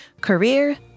career